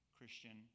Christian